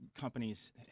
companies